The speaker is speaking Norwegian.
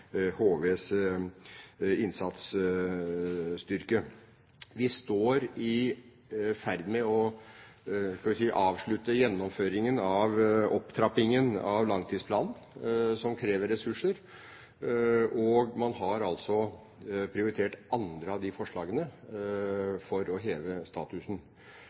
innsatsstyrke. Vi er i ferd med å avslutte gjennomføringen av opptrappingen av langtidsplanen, noe som krever ressurser, og man har altså prioritert andre av forslagene for å heve statusen.